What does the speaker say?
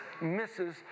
misses